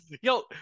Yo